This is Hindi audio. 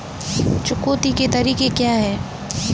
चुकौती के तरीके क्या हैं?